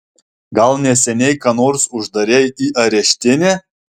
gal neseniai ką nors uždarei į areštinę